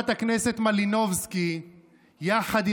רגע,